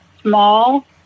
small